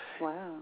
Wow